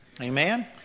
Amen